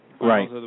Right